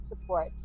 support